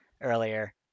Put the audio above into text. earlier